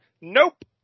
Nope